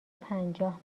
پنجاه